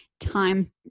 time